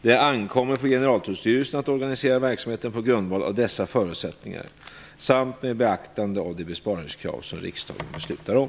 Det ankommer på Generaltullstyrelsen att organisera verksamheten på grundval av dessa förutsättningar samt med beaktande av de besparingskrav som riksdagen beslutar om.